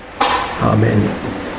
Amen